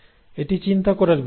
এটি চিন্তা করার বিষয়